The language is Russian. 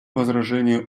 возражения